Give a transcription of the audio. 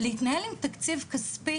להתנהל עם תקציב כספי,